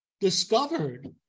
discovered